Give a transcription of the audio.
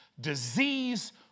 disease